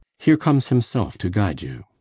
here comes himself to guide you.